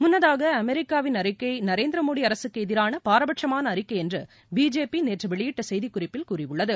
முன்னதாக அமெரிக்காவின் அறிக்கை நரேந்திரமோடி அரகக்கு எதிரான பாரபட்சமான அறிக்கை என்று பிஜேபி நேற்று வெளியிட்ட செய்திக்குறிப்பில் கூறியுள்ளது